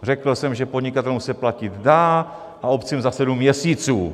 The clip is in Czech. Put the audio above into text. Řekl jsem, že podnikatelům se platit dá, a obcím, za sedm měsíců.